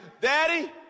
Daddy